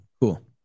Cool